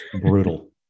Brutal